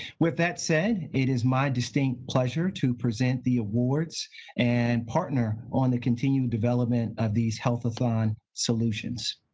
with that said, it is my distinct pleasure to present the awards and partner on the continued development of these healthathon solutions.